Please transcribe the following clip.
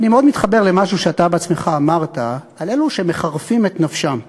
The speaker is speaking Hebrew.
אני מאוד מתחבר למשהו שאתה בעצמך אמרת על אלו שמחרפים את נפשם.